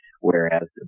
whereas